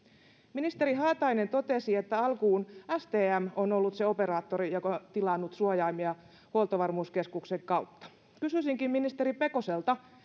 ministeri haatainen totesi että alkuun stm on ollut se operaattori joka on tilannut suojaimia huoltovarmuuskeskuksen kautta kysyisinkin ministeri pekoselta